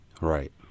Right